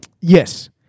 Yes